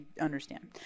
understand